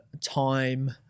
time